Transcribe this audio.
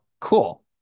cool